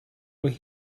where